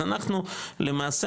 אז אנחנו למעשה,